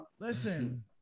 Listen